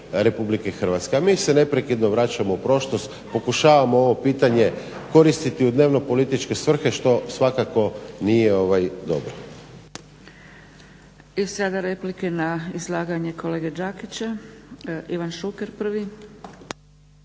ostale građane RH. A mi se neprekidno vraćamo u prošlost, pokušavamo ovo pitanje koristiti u dnevno političke svrhe što svakako nije dobro.